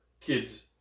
kids